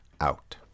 Out